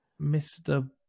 Mr